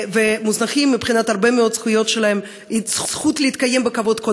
ומוזנחים מבחינת הרבה מאוד זכויות שלהם: קודם כול הזכות להתקיים בכבוד,